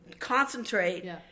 concentrate